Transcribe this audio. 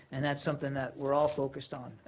and that's something that we're all focused on.